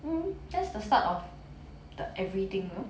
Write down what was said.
mmhmm that's the start of the everything no